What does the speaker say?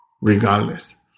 regardless